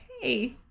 hey